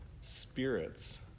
spirits